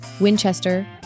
Winchester